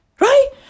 Right